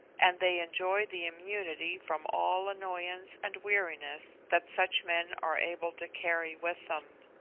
and they enjoy the immunity from all annoyance and weariness that such men are able to carry with them.